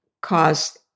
caused